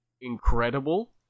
incredible